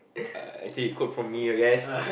uh actually quote from me you guys